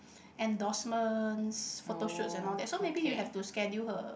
endorsements photoshoots and all that so maybe you have to schedule her